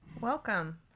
Welcome